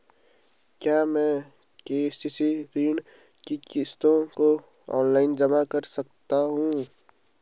क्या मैं के.सी.सी ऋण की किश्तों को ऑनलाइन जमा कर सकता हूँ?